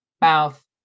mouth